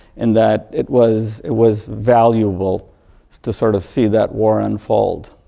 in that it was it was valuable to sort of see that war unfold.